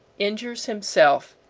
injures himself,